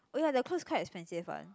oh ya their clothes quite expensive one